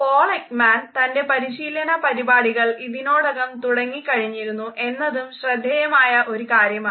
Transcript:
Paul Ekman തൻ്റെ പരിശീലന പരിപാടികൾ ഇതിനോടകം തുടങ്ങിക്കഴിഞ്ഞിരുന്നു എന്നതും ശ്രദ്ധേയമായ ഒരു കാര്യമാണ്